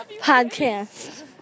podcast